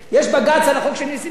יש בג"ץ על החוק של נסים זאב,